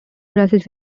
grasses